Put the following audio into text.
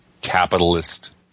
capitalist